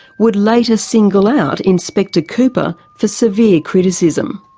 would later single out inspector cooper for severe criticism.